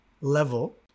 level